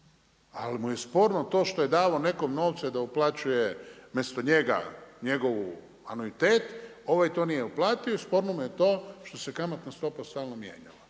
Ali mu je sporno to što je davao nekom novce da uplaćuje umjesto njega njegov anuitet ovaj to nije uplatio i sporno mu je to što se kamatna stopa stalno mijenjala.